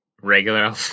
regular